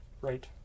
Right